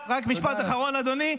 רק משפט אחרון, אדוני.